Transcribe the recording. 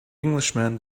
englishman